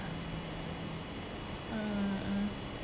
mmhmm